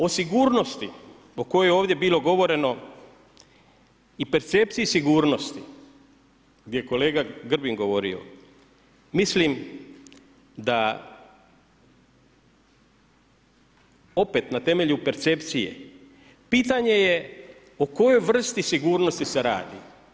O sigurnosti o kojoj je ovdje bilo govoreno i percepciji sigurnosti, gdje je kolega Grbin govorio mislim da opet na temelju percepcije, pitanje je o kojoj vrsti sigurnosti se radi.